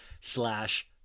slash